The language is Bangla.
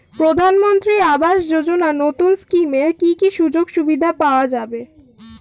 প্রধানমন্ত্রী আবাস যোজনা নতুন স্কিমে কি কি সুযোগ সুবিধা পাওয়া যাবে?